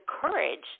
courage